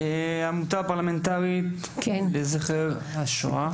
עמותה פרלמנטרית לזכר השואה.